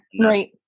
right